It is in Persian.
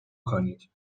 کنید